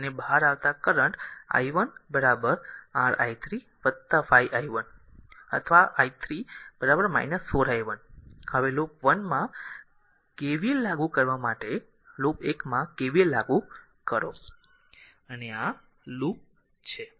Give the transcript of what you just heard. બંને બહાર આવતા current i 1 r i 3 5 i 1 or i 3 4 i 1હવે લૂપ વન માં KVL લાગુ કરવા માટે લૂપ 1 માં KVL લાગુ કરો તો આ લૂપ છે